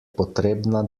potrebna